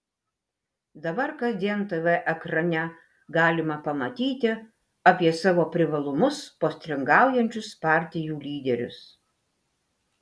dabar kasdien tv ekrane galima pamatyti apie savo privalumus postringaujančius partijų lyderius